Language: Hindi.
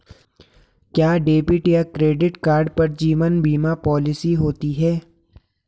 क्या डेबिट या क्रेडिट कार्ड पर जीवन बीमा पॉलिसी होती है?